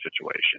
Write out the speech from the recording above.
situation